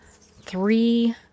three